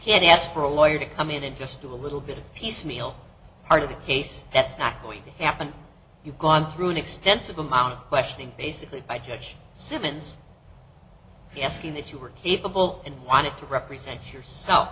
can't ask for a lawyer to come in and just do a little bit of piecemeal part of the case that's not going to happen you've gone through an extensive amount of questioning basically by judge simmons asking that you were capable and wanted to represent you